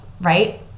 right